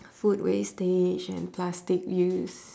food wastage and plastic use